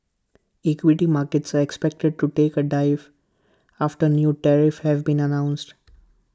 equity markets are expected to take A dive after new tariffs have been announced